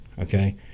okay